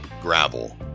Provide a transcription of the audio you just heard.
gravel